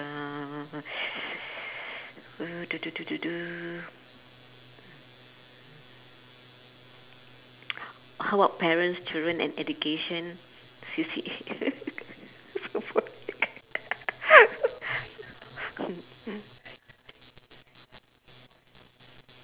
uh uh du du du du du how about parents children and education C_C_A